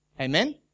Amen